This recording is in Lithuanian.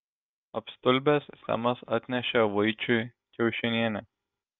apstulbęs semas atnešė vaičiui kiaušinienę